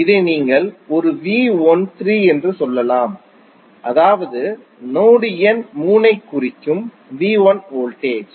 இதை நீங்கள் ஒரு V13 என்று சொன்னால் அதாவது நோடு எண் 3 ஐக் குறிக்கும் V1 வோல்டேஜ்